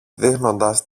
δείχνοντας